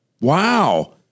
Wow